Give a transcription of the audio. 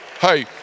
Hey